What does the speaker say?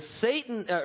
Satan